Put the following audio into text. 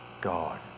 God